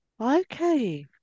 Okay